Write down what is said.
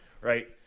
right